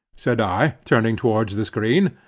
said i, turning towards the screen,